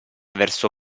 verso